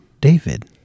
David